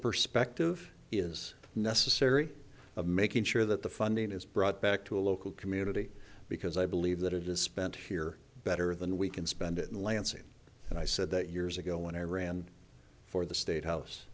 perspective is necessary of making sure that the funding is brought back to a local community because i believe that it is spent here better than we can spend it in lansing and i said that years ago when i ran for the state house